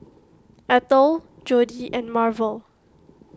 Eathel Jodi and Marvel